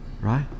right